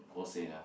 hosei ah